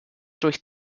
durch